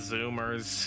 Zoomers